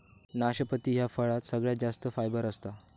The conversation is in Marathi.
नाशपती ह्या फळात सगळ्यात जास्त फायबर असता